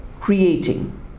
creating